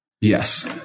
Yes